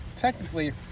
technically